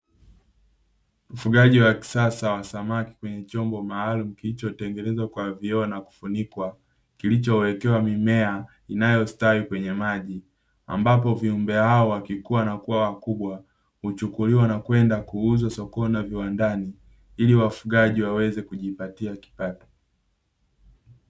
Ufugaji wa kisasa wa samaki kwenye chombo maalumu kilichotengenezwa kwa vioo na kufunikwa, kilichowekewa mimea inayostawi kwenye maji ambapo viumbe hawa wakikua na kua wakubwa, huchukuliwa na kwenda kuuzwa sokoni na viwandani, ili wafugaji waweze kujipatia kipato.